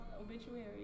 obituary